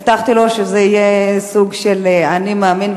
הבטחתי לו שזה יהיה סוג של "אני מאמין",